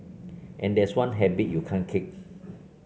and that's one habit you can't kick